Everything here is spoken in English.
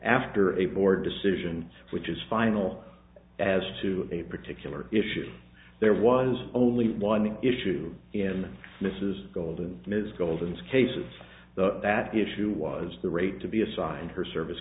after a board decision which is final as to a particular issue there was only one issue in mrs golden ms golden's cases the that issue was the rate to be assigned her service